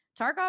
Tarkov